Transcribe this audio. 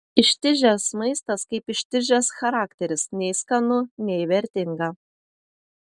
ištižęs maistas kaip ištižęs charakteris nei skanu nei vertinga